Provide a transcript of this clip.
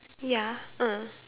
ya uh